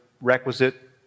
requisite